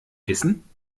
wissen